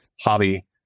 hobby